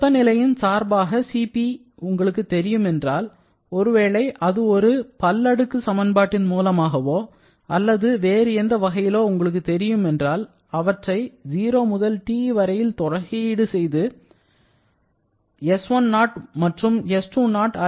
வெப்பநிலையின் சார்பாக உங்களுக்கு Cp தெரியும் என்றால் ஒருவேளை அது ஒரு பல்லடுக்கு சமன்பாட்டின் மூலமாகவோ அல்லது வேறு எந்த வகையிலோ உங்களுக்கு தெரியும் என்றால் அவற்றை 0 முதல் T வரை தொகையீடு செய்து s10 மற்றும் s20